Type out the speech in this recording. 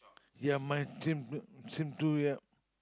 ya my team same too yeah